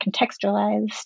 contextualized